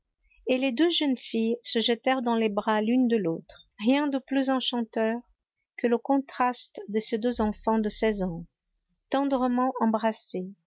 et les deux jeunes filles se jetèrent dans les bras l'une de l'autre rien de plus enchanteur que le contraste de ces deux enfants de seize ans tendrement embrassées